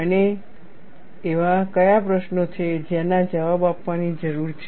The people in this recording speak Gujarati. અને એવા કયા પ્રશ્નો છે જેના જવાબ આપવાની જરૂર છે